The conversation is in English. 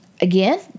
Again